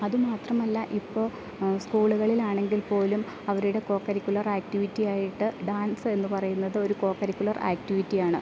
അതു മാത്രമല്ല ഇപ്പോൾ സ്കൂളുകളിൽ ആണെങ്കിൽ പോലും അവരുടെ കോ കരിക്കുലർ ആക്റ്റിവിറ്റി ആയിട്ട് ഡാൻസെന്ന് പറയുന്നത് ഒരു കോ കരിക്കുലർ ആക്റ്റിവിറ്റി ആണ്